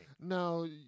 No